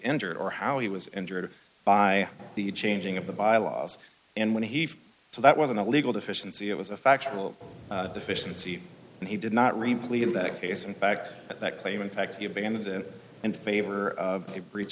injured or how he was injured by the changing of the bylaws and when he so that wasn't a legal deficiency it was a factual deficiency and he did not reply in that case in fact that claim in fact he abandoned in favor of a breach